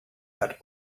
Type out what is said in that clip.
had